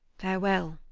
farwell